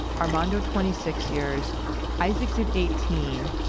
armando twenty six years isaac did eighteen.